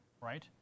right